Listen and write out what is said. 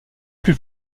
plus